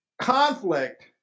conflict